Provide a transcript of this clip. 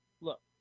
look